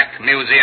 Museum